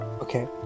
okay